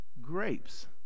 Grapes